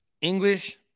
English